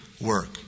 work